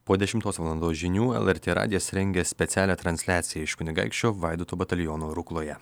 po dešimtos valandos žinių elartė radijas rengia specialią transliaciją iš kunigaikščio vaidoto bataliono rukloje